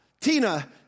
Tina